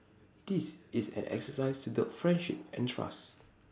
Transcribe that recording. this is an exercise to build friendship and trust